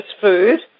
food